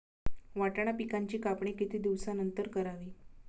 वाटाणा पिकांची कापणी किती दिवसानंतर करावी?